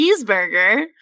Cheeseburger